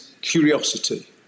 curiosity